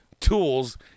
tools